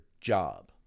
job